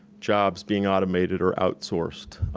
jobs being automated or outsourced.